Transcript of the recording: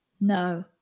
No